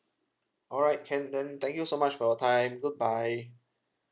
alright can then thank you so much for your time good bye